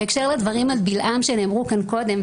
בהקשר לדברים על בלעם שנאמרו כאן קודם,